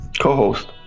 co-host